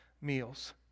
meals